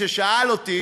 ששאל אותי